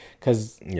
cause